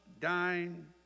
dying